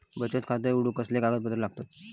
बचत खाता उघडूक कसले कागदपत्र लागतत?